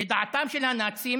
לדעתם של הנאצים